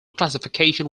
classification